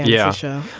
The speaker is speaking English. yeah.